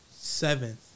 seventh